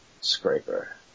Scraper